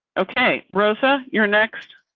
okay, rosa your next.